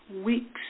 weeks